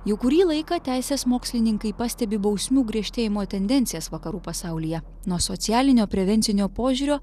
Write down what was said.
jau kurį laiką teisės mokslininkai pastebi bausmių griežtėjimo tendencijas vakarų pasaulyje nuo socialinio prevencinio požiūrio